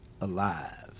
alive